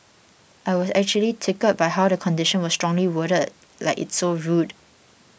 I was actually tickled by how the condition was strongly worded like it's so rude